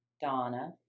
Donna